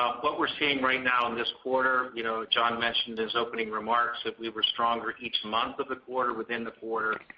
what we're seeing right now in this quarter, you know john mentioned in his opening remarks that we were stronger each month of the quarter within the quarter.